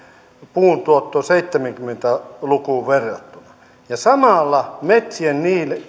puuntuotto seitsemänkymmentä lukuun verrattuna ja samalla metsien